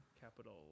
capital